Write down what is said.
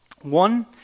One